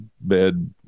bed